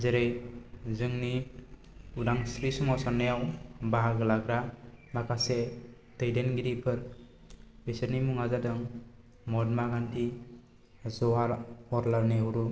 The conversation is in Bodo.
जेरै जोंनि उदांस्रि सोमावसारनायाव बाहागो लाग्रा माखासे दैदेनगिरिफोर बिसोरनि मुङा जादों महात्मा गान्धी जवाहरलाल नेहरु